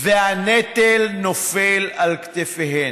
והנטל נופל על כתפיהם.